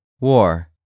War